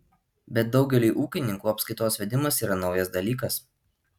bet daugeliui ūkininkų apskaitos vedimas yra naujas dalykas